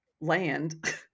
land